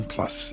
Plus